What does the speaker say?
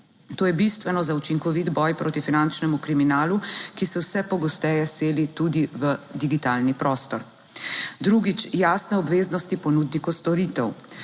To je bistveno za učinkovit boj proti finančnemu kriminalu, ki se vse pogosteje seli tudi v digitalni prostor. Drugič: jasne obveznosti ponudnikov storitev.